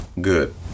good